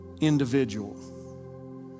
individual